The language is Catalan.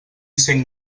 sent